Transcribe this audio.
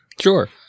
Sure